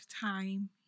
time